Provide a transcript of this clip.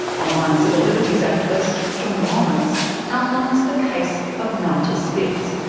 online civil liberties activist jon lawrence outlines the case of malte spitz.